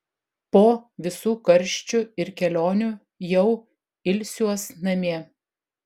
po visų karščių ir kelionių jau ilsiuos namie